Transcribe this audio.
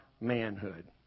manhood